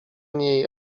niej